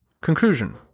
Conclusion